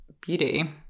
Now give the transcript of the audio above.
beauty